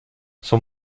son